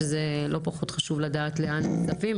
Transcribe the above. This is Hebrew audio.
שזה לא פחות חשוב לדעת לאן הכספים.